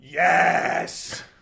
yes